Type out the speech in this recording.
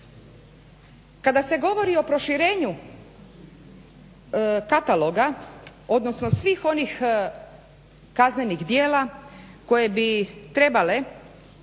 Kada se govori o proširenju kataloga odnosno svih onih kaznenih djela koje bi trebale